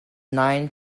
nine